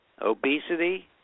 Obesity